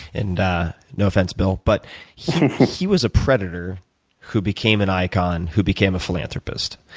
and no offense, bill, but he was a predator who became an icon who became a philanthropist.